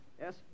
Yes